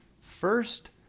First